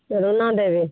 रूना देवी